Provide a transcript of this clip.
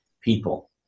people